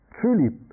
truly